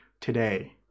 today